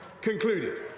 concluded